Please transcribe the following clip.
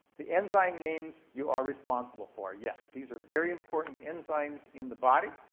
the enzyme names you are responsible for, yes. these are very important enzymes in the body,